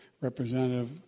Representative